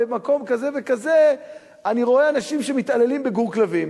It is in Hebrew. במקום כזה וכזה אני רואה אנשים שמתעללים בגור כלבים,